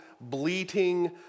bleating